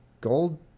gold